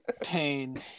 Pain